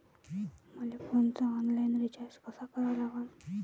मले फोनचा online recharge कसा करा लागन?